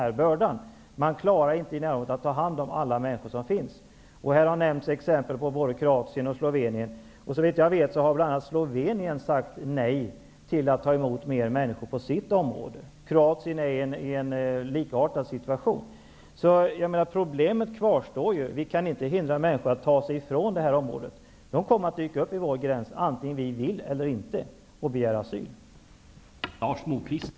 Länderna i närområdet klarar inte att ta hand om alla människorna. Här har både Kroatien och Slovenien nämnts som exempel. Bl.a. Slovenien har sagt nej till att ta emot fler människor. Kroatien är i en likartad situation. Problemet kvarstår: Vi kan inte hindra människor att ta sig från området. De kommer att dyka upp vid vår gräns och begära asyl -- antingen vi vill eller inte.